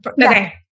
Okay